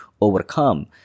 overcome